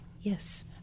Yes